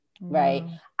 right